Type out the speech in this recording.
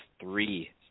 three